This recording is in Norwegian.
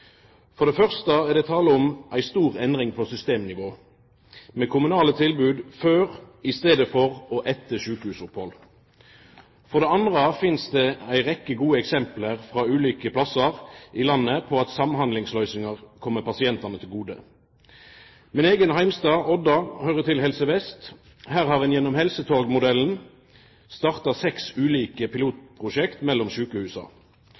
For det første er det tale om ei stor endring på systemnivå, med kommunale tilbod før, i staden for og etter sjukehusopphald. For det andre finst det ei rekkje gode eksempel frå ulike plassar i landet på at samhandlingsløysingar kjem pasientane til gode. Min eigen heimstad, Odda, høyrer til Helse Vest. Her har ein gjennom helsetorgmodellen starta seks ulike pilotprosjekt mellom sjukehusa,